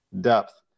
depth